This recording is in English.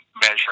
measure